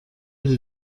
lui